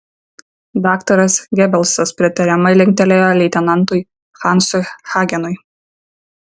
daktaras gebelsas pritariamai linktelėjo leitenantui hansui hagenui